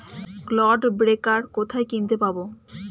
Clod breaker কোথায় কিনতে পাব?